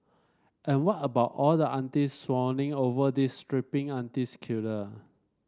and what about all the aunties swooning over these strapping aunties killer